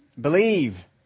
Believe